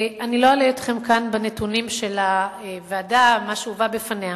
אני לא אלאה אתכם בנתונים של הוועדה ובמה שהובא בפניה,